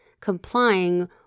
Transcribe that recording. complying